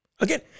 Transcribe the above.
Again